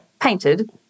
painted